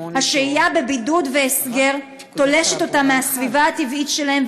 השהייה בבידוד והסגר תולשת אותם מהסביבה הטבעית שלהם,